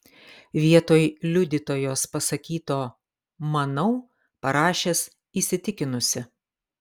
vietoj liudytojos pasakyto manau parašęs įsitikinusi